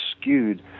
skewed